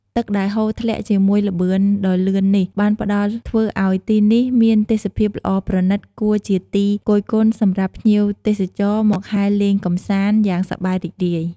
ទឹកដែលហូរធ្លាក់ជាមួយល្បឿនដ៏លឿននេះ បានផ្តល់ធ្វើឲ្យទីនោះមានទេសភាពល្អប្រណិតគួរជាទីគយគន់សម្រាប់ ភ្ញៀវ ទេសចរមកហែលលេងកំសាន្តយ៉ាងសប្បាយរីករាយ។